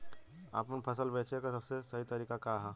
आपन फसल बेचे क सबसे सही तरीका का ह?